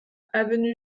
avenue